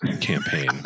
campaign